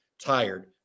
tired